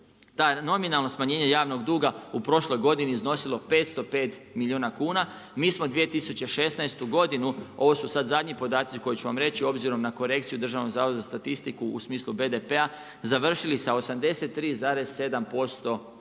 Nominalno smanjenje javnog duga u prošloj godini iznosilo 505 milijuna kuna. Mi smo 2016. godinu, ovo su sad zadnji podaci koji ću vam reći, obzirom na korekciju Državnog zavoda za statistiku u smislu BDP-a, završili sa 83, 7%